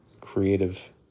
creative